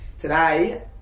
Today